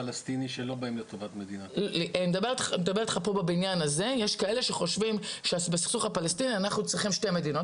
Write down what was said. בבניין הזה יש שכאלה שחושבים שבסכסוך הפלסטיני צריך שתי מדינות,